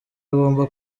agomba